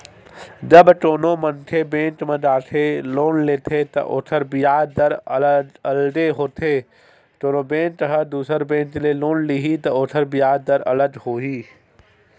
जब कोनो मनखे बेंक म जाके लोन लेथे त ओखर बियाज दर अलगे होथे कोनो बेंक ह दुसर बेंक ले लोन लिही त ओखर बियाज दर अलगे होही